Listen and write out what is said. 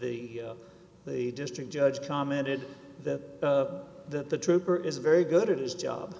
the the district judge commented that that the trooper is very good at his job